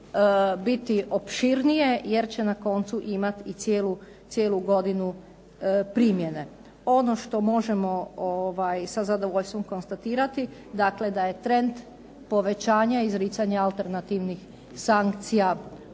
biti opširnije, jer će na koncu imati i cijelu godinu primjene. Ono što možemo sa zadovoljstvom konstatirati dakle da je trend povećanja izricanja alternativnih sankcija